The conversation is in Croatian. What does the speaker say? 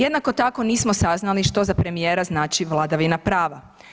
Jednako tako nismo saznali što za premijera znači vladavina prava.